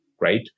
right